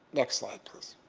next slide please.